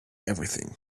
everything